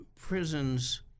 prisons